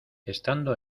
estando